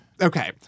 Okay